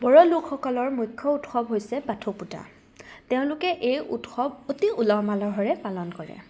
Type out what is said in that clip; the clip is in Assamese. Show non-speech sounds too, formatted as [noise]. বড়ো লোকসকলৰ মুখ্য উৎসৱ হৈছে [unintelligible] তেওঁলোকে এই উৎসৱ অতি ওলহ মালহৰে পালন কৰে